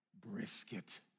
brisket